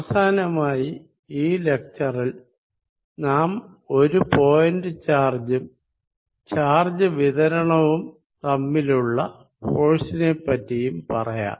അവസാനമായി ഈ ലെക്ച്ചറിൽ നാം ഒരു പോയിന്റ് ചാർജ്ഉം ചാർജ്ജ് വിതരണവും തമ്മിലുള്ള ഫോഴ്സിനെ പ്പറ്റിയും പറയാം